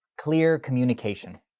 clear communication.